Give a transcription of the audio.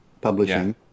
Publishing